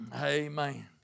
Amen